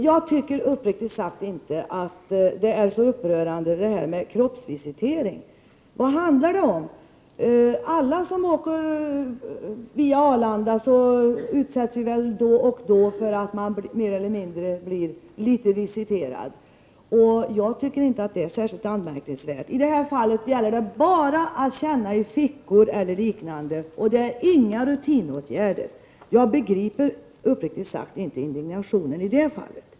Jag tycker uppriktigt sagt inte att det som föreslås i fråga om kroppsvisitering är så upprörande. Vad handlar det egentligen om? Alla som reser via Arlanda utsätts då och då för visitering, och jag tycker inte att det är särskilt anmärkningsvärt. I detta fall är det bara fråga om att känna efter i fickor och liknande, och det är inga rutinåtgärder som föreslås. Jag begriper uppriktigt sagt inte indignationen i det fallet.